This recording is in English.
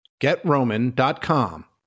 GetRoman.com